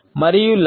మరియు లయ